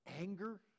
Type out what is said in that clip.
anger